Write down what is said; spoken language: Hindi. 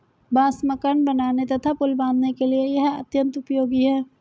बांस मकान बनाने तथा पुल बाँधने के लिए यह अत्यंत उपयोगी है